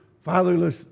fatherless